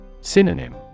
Synonym